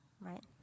right